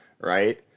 Right